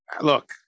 Look